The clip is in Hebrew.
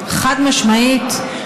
חד-משמעית,